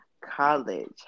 college